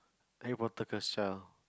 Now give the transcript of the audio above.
Harry Potter curse child